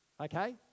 okay